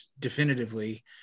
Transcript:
definitively